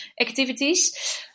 activities